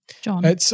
John